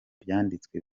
byanditswe